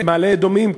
מעלה-אדומים,